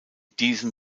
diesem